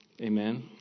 Amen